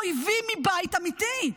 אויבים מבית, אמיתי.